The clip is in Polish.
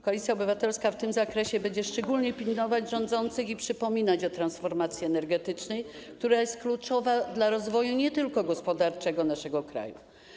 Koalicja Obywatelska w tym zakresie będzie szczególnie pilnować rządzących i przypominać o transformacji energetycznej, która jest kluczowa dla rozwoju, nie tylko gospodarczego, naszego kraju.